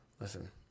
listen